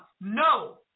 No